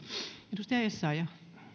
arvoisa rouva